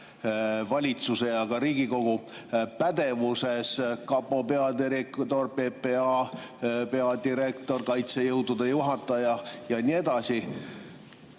valitsuse ja ka Riigikogu pädevuses: kapo peadirektor, PPA peadirektor, kaitsejõudude juhataja ja nii edasi.